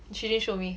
she didn't show me